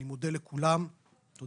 אני מודה לכולם, תודה.